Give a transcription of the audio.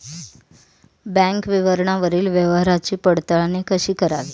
Bank विवरणावरील व्यवहाराची पडताळणी कशी करावी?